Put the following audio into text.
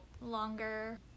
longer